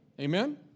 Amen